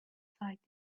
sighed